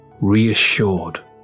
Reassured